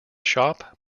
shop